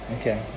Okay